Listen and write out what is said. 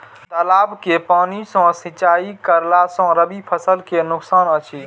तालाब के पानी सँ सिंचाई करला स रबि फसल के नुकसान अछि?